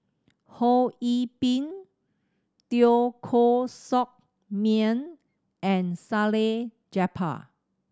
Ho Yee Ping Teo Koh Sock Miang and Salleh Japar